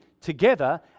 together